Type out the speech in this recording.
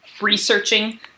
researching